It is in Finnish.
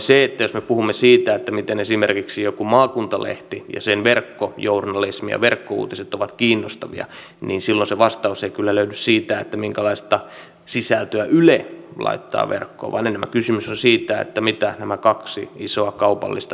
jos me puhumme siitä miten esimerkiksi joku maakuntalehti ja sen verkkojournalismi ja verkkouutiset ovat kiinnostavia niin silloin se vastaus ei kyllä löydy siitä minkälaista sisältöä yle laittaa verkkoon vaan enemmänkin kysymys on siitä mitä nämä kaksi isoa kaupallista iltapäivälehteä tekevät